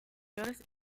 mayores